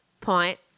point